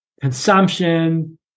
consumption